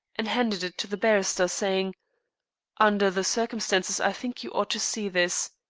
and handed it to the barrister, saying under the circumstances i think you ought to see this.